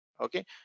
okay